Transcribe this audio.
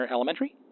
Elementary